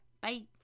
bye